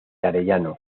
arellano